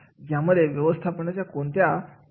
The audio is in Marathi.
यामध्ये व्यवस्थापनाच्या कोणत्या पाथरी आहेत